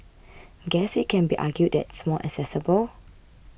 guess it can be argued that it's more accessible